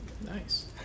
nice